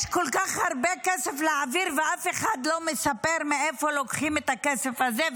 יש כל כך הרבה כסף להעביר ואף אחד לא מספר מאיפה לוקחים את הכסף הזה.